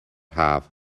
haf